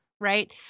right